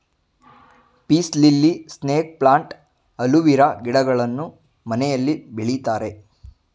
piece lily, snake plant, aloe vera ಗಿಡಗಳನ್ನು ಮನೆಯಲ್ಲಿ ಬೆಳಿತಾರೆ